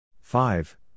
five